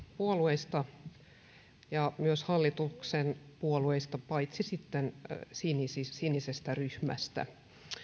puolueista myös hallituksen puolueista paitsi sitten sinisestä sinisestä ryhmästä